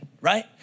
right